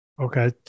Okay